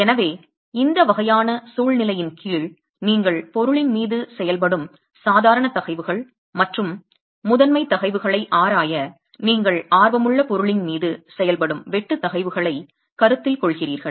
எனவே இந்த வகையான சூழ்நிலையின் கீழ் நீங்கள் பொருளின் மீது செயல்படும் சாதாரண தகைவுகள் மற்றும் முதன்மை தகைவுகளை ஆராய நீங்கள் ஆர்வமுள்ள பொருளின் மீது செயல்படும் வெட்டு தகைவுகளை கருத்தில் கொள்கிறீர்கள்